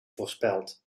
voorspeld